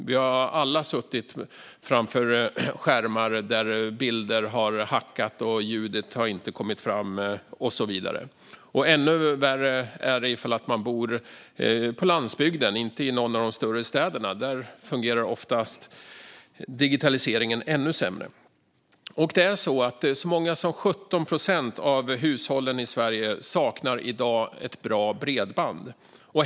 Vi har alla suttit framför skärmar där bilden har hackat, där ljudet inte har kommit fram och så vidare. Ännu värre är det om man bor på landsbygden och inte i någon av de större städerna. Där fungerar digitaliseringen ofta ännu sämre. Så många som 17 procent av hushållen i Sverige saknar i dag ett bra bredband.